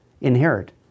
inherit